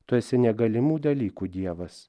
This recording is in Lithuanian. tu esi negalimų dalykų dievas